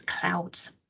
clouds